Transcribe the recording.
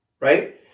right